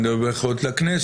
אני מדבר על בחירות לכנסת,